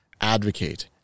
advocate